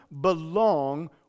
belong